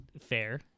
Fair